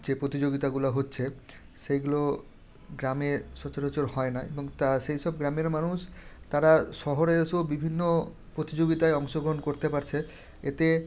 যে প্রতিযোগিতাগুলো হচ্ছে সেগুলো গ্রামে সচরাচর হয় না এবং তা সেই সব গ্রামের মানুষ তারা শহরে এসেও বিভিন্ন প্রতিযোগিতায় অংশগ্রহণ করতে পারছে এতে